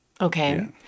Okay